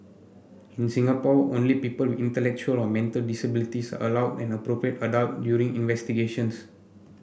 in Singapore only people intellectual or mental disabilities are allowed an appropriate adult during investigations